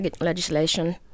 legislation